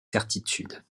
certitude